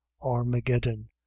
armageddon